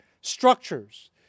structures